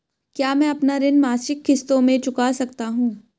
क्या मैं अपना ऋण मासिक किश्तों में चुका सकता हूँ?